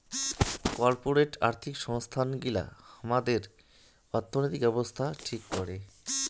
corporate আর্থিক সংস্থান গিলা হামাদের অর্থনৈতিক ব্যাবছস্থা ঠিক করাং